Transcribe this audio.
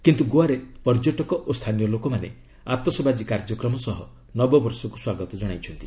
କିନ୍ତ୍ର ଗୋଆରେ ପର୍ଯ୍ୟଟକ ଓ ସ୍ଥାନୀୟ ଲୋକମାନେ ଆତସବାଜି କାର୍ଯ୍ୟକ୍ରମ ସହ ନବବର୍ଷକ୍ର ସ୍ୱାଗତ ଜଣାଇଛନ୍ତି